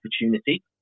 opportunity